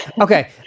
okay